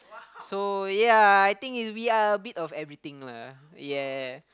so ya I think we are a bit of everything lah ya